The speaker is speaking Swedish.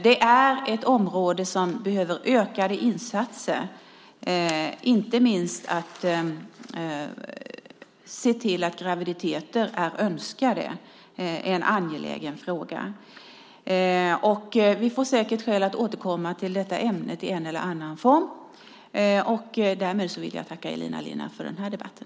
Det här är ett område som behöver ökade insatser. Inte minst att se till att graviditeter är önskade är en angelägen fråga. Vi får säkert skäl att återkomma till detta ämne i en eller annan form. Därmed vill jag tacka Elina Linna för debatten.